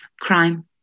crime